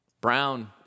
brown